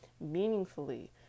meaningfully